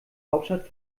hauptstadt